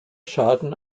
schaden